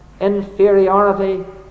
inferiority